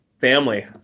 family